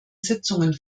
sitzungen